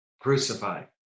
crucified